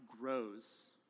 grows